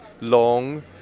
long